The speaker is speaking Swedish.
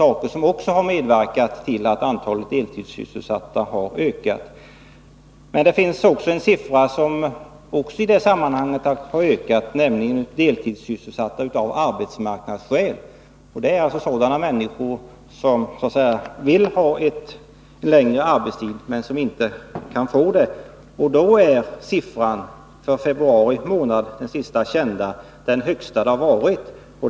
Allt detta har medverkat till att antalet deltidssysselsatta har ökat. Men även antalet deltidssysselsatta av arbetsmarknadsskäl har ökat. Det är alltså fråga om människor som vill ha en längre arbetstid men som inte kan få det. Då är siffran för februari månad — den senaste vi har — den högsta som förekommit.